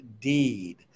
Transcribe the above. deed